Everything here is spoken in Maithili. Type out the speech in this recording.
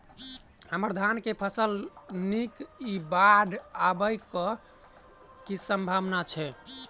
हम्मर धान केँ फसल नीक इ बाढ़ आबै कऽ की सम्भावना छै?